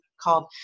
called